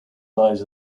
lies